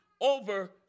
over